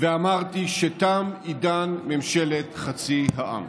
ואמרתי שתם עידן ממשלת חצי העם.